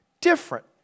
different